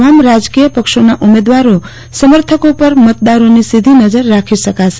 તમામ રાજકીય પક્ષોના ઉમેદવારો સમર્થકો પર મતદારોની સીધી નજર રાખી શકાશે